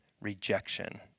rejection